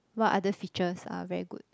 what other features are very good